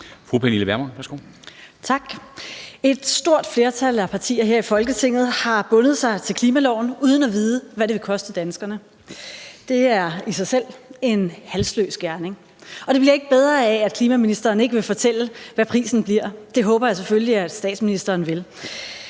Pernille Vermund (NB): Tak. Et stort flertal af partier her i Folketinget har bundet sig til klimaloven uden at vide, hvad det vil koste danskerne. Det er i sig selv halsløs gerning. Og det bliver ikke bedre af, at klimaministeren ikke vil fortælle, hvad prisen bliver – det håber jeg selvfølgelig at statsministeren vil.